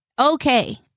okay